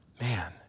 Man